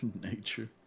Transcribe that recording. Nature